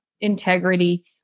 integrity